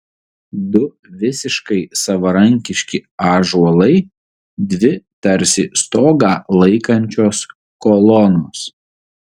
du visiškai savarankiški ąžuolai dvi tarsi stogą laikančios kolonos